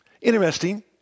Interesting